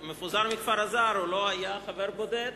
המפוזר מכפר אז"ר לא היה חבר בודד